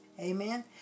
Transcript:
Amen